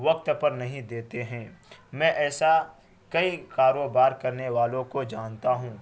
وقت پر نہیں دیتے ہیں میں ایسا کئی کاروبار کرنے والوں کو جانتا ہوں